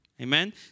Amen